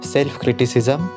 Self-criticism